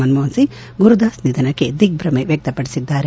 ಮನಮೋಹನ್ ಸಿಂಗ್ ಗುರುದಾಸ್ ನಿಧನಕ್ಕೆ ದಿಗ್ದಮೆ ವ್ಯಕ್ತಪಡಿಸಿದ್ದಾರೆ